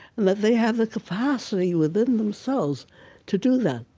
and that they have the capacity within themselves to do that,